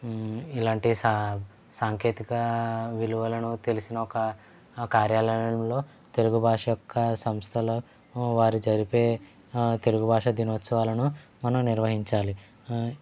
ఇలాంటి సాంకేతిక విలువలను తెలిసిన ఒక కార్యాలయంలో తెలుగు భాష యొక్క సంస్థలు వారు జరిపే ఆ తెలుగు భాషా దినోత్సవాలను మనం నిర్వహించాలి ఆ